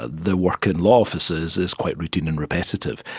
their work in law officers is quite routine and repetitive.